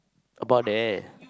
about there